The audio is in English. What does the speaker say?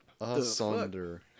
asunder